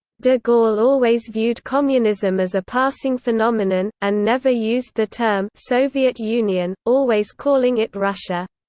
de gaulle always viewed communism as a passing phenomenon, and never used the term soviet union, always calling it russia.